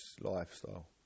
lifestyle